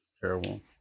Terrible